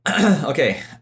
Okay